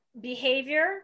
behavior